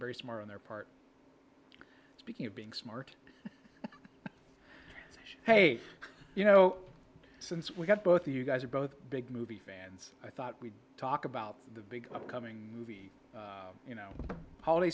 very smart on their part speaking of being smart hey you know since we got both you guys are both big movie fans i thought we'd talk about the big upcoming movie you know holiday